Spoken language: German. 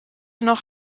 noch